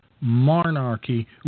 monarchy